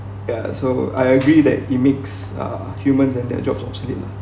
ya so I agree that it makes uh humans and their jobs obsolete